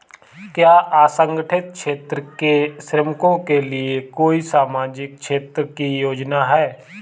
क्या असंगठित क्षेत्र के श्रमिकों के लिए कोई सामाजिक क्षेत्र की योजना है?